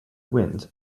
wind